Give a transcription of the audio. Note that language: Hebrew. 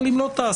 אבל אם לא תיעשה,